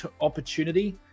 opportunity